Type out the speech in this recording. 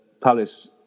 Palace